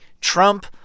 Trump